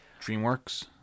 DreamWorks